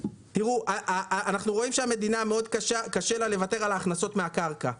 אנחנו רואים שלמדינה מאוד קשה לוותר על ההכנסות מהקרקע.